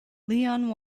leon